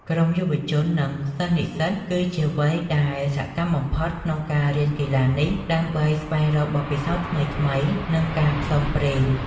ក្រុមយុវជន និងសិស្សនិស្សិត គឺជាវ័យដែលសកម្មបំផុតក្នុងការរៀនកីឡានេះ ដើម្បីស្វែងរកបទពិសោធន៍ថ្មីៗ និងការផ្សងព្រេង។